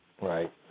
right